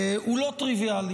הוא לא טריוויאלי.